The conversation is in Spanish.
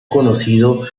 conocido